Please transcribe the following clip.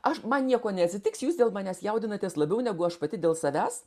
aš man nieko neatsitiks jūs dėl manęs jaudinatės labiau negu aš pati dėl savęs